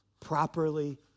Properly